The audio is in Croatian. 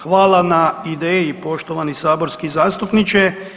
Hvala na ideji poštovani saborski zastupniče.